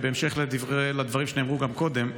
בהמשך לדברים שנאמרו גם קודם,